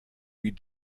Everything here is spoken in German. wie